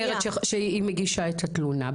כשהיא מגישה את התלונה,